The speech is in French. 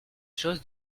choses